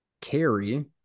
carry